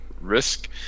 risk